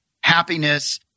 happiness